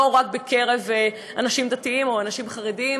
לא רק בקרב אנשים דתיים או אנשים חרדים,